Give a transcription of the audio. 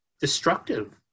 destructive